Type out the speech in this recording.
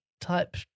type